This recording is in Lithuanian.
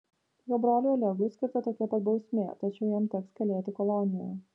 jo broliui olegui skirta tokia pat bausmė tačiau jam teks kalėti kolonijoje